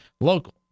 local